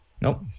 Nope